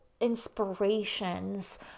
inspirations